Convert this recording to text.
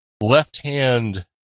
left-hand